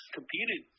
competed